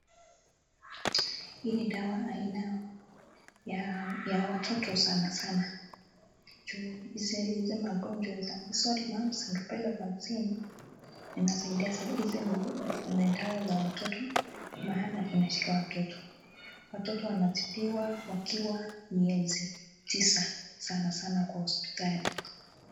Hii ni dawa aina ya ya watoto sana sana juu hizo magonjwa za measles, mumps, rubella vaccine inasaidia hizo ni dawa za watoto maana inashika watoto. Watoto wanatibiwa wakiwa miezi tisa sana sana kwa hospitali.